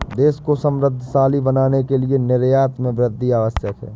देश को समृद्धशाली बनाने के लिए निर्यात में वृद्धि आवश्यक है